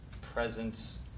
presence